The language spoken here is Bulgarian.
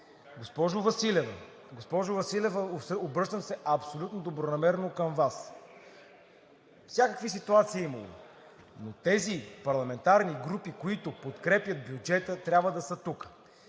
Госпожо Василева, обръщам се абсолютно добронамерено към Вас. Всякакви ситуации е имало, но тези парламентарни групи, които подкрепят бюджета, трябва да са тук.